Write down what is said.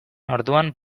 orduan